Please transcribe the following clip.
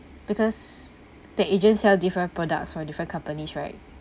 because the agent sell different products for different companies right